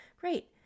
great